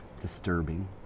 disturbing